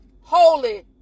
holy